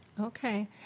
Okay